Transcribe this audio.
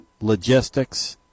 Logistics